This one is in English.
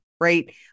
right